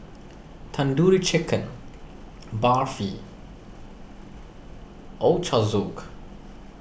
Tandoori Chicken Barfi Ochazuke